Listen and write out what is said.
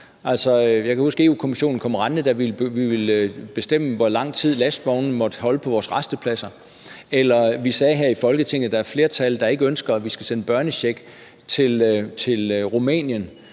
Jeg kan huske, at Europa-Kommissionen kom rendende, da vi ville bestemme, hvor lang tid lastvognene måtte holde på vores rastepladser, eller da der her i Folketinget var et flertal, der ikke ønskede, at vi skulle sende børnechecks til Rumænien.